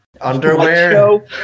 underwear